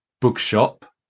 bookshop